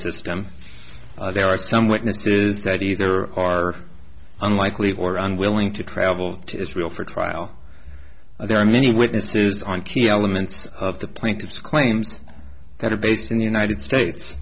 system there are some witnesses that either are unlikely or unwilling to travel to israel for trial there are many witnesses on key elements of the plaintiff's claims that are based in the united states